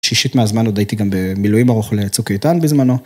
שישית מהזמן עוד הייתי גם במילואים ארוך לצוק איתן בזמנו.